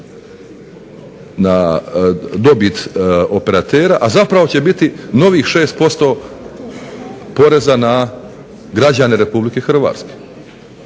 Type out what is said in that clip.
dobit operatera, a zapravo će biti novih 6% poreza na građane Republike Hrvatske.